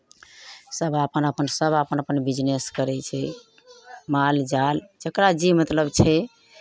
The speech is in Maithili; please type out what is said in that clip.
सभ अपन अपन सभ अपन अपन बिजनेस करै छै माल जाल जकरा जे मतलब छै